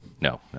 No